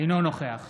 אינו נוכח